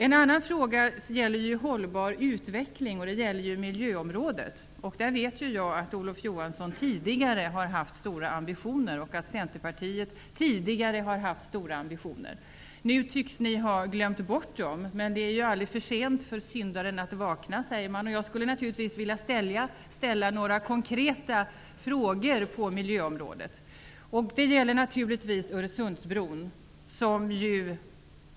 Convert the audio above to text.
En annan fråga gäller hållbar utveckling inom miljöområdet. Där vet jag att Olof Johansson och Centerpartiet tidigare har haft stora ambitioner. Nu tycks ni ha glömt bort dem. Men det är aldrig för sent för syndaren att vakna. Jag vill naturligtvis ställa några konkreta frågor på miljöområdet. Det gäller naturligtvis Öresundsbron.